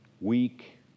Weak